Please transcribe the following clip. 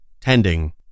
tending